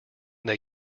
they